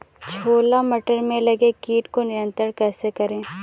छोला मटर में लगे कीट को नियंत्रण कैसे करें?